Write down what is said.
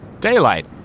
daylight